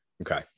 Okay